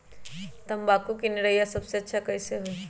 तम्बाकू के निरैया सबसे अच्छा कई से होई?